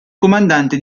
comandante